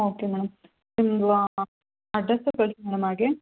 okay madam ನಿಮ್ದು ವಾ address ಕಳಿಸಿ ಮೇಡಮ್ ಹಾಗೆ